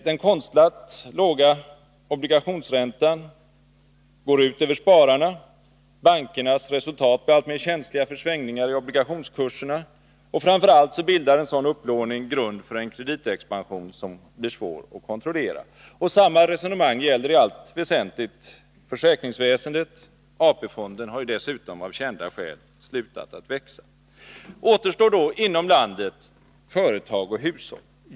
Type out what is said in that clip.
Den konstlat låga obligationsräntan går ut över spararna. Bankernas resultat blir alltmer känsliga för svängningar i obligationskurserna. Framför allt bildar en sådan upplåning grund för en kreditexpansion som blir svår att kontrollera. Samma resonemang gäller i allt väsentligt försäkringsväsendet. AP-fonderna har dessutom av kända skäl slutat att växa. Återstår då inom landet företag och hushåll.